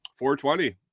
420